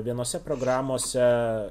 vienose programose